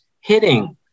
hitting